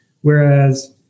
Whereas